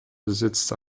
besitzt